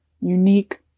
unique